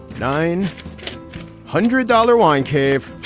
nine hundred dollar wine cave.